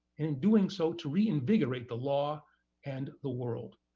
and in doing so, to reinvigorate the law and the world.